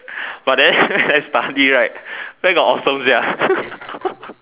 but then I study right where got awesome sia